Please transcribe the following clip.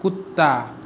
कुत्ता